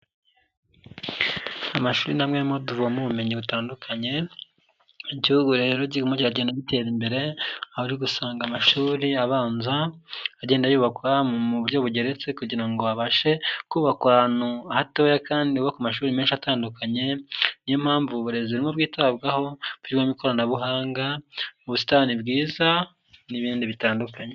Amashuri ni amwe mu ho dukaromo ubumenyi butandukanye, igihugu rero kirimo kugenda gitera imbere aho uri gusanga amashuri abanza agenda yubakwa mu buryo bugeretse kugira ngo babashe kubakwa ahantu hatoya kandi bo ku mashuri menshi atandukanye niyo mpamvu uburezi burimo bwitabwaho biririmo mu ikoranabuhanga, mu busitani bwiza n'ibindi bitandukanye.